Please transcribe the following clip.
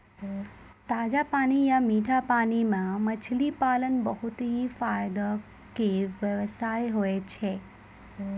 ताजा पानी या मीठा पानी मॅ मछली पालन बहुत हीं फायदा के व्यवसाय होय छै